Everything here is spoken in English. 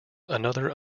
another